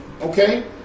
Okay